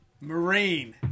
marine